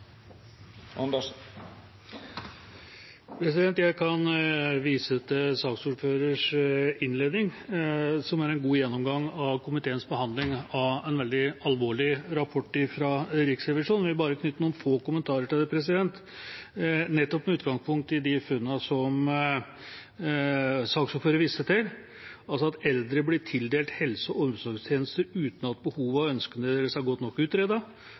Jeg viser til saksordførerens innledning, som er en god gjennomgang av komiteens behandling av en veldig alvorlig rapport fra Riksrevisjonen. Jeg vil bare knytte noen få kommentarer til det, nettopp med utgangspunkt i de funnene som saksordføreren viste til, altså at eldre blir tildelt helse- og omsorgstjenester uten at behovene og ønskene deres er godt nok